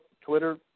Twitter